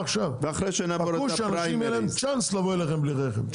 חכו שאנשים יהיה להם צ'אנס לבוא אליכם בלי רכב.